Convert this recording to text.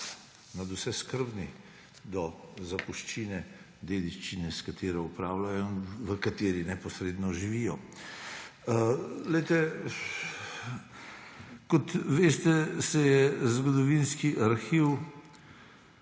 nadvse skrbni do zapuščine, dediščine, s katero upravljajo in v kateri neposredno živijo. Kot veste, se je zgodovinski arhiv